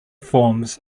forms